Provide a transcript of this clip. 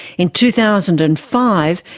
in two thousand and five,